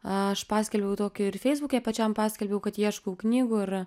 aš paskelbiau tokį ir feisbuke pačiam paskelbiau kad ieškau knygų ir